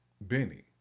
Benny